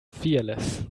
fearless